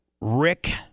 Rick